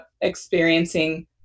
experiencing